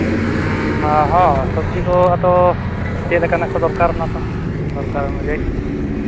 ᱦᱚᱸ ᱥᱚᱵᱡᱤ ᱠᱚ ᱟᱫᱚ ᱪᱮᱫ ᱞᱮᱠᱟᱱᱟᱜ ᱠᱚ ᱫᱚᱨᱠᱟᱨ ᱚᱱᱟ ᱛᱚ ᱫᱚᱨᱠᱟᱨ ᱚᱱᱩᱡᱟᱭᱤ